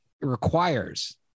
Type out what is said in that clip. requires